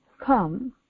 come